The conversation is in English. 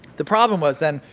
the problem was then,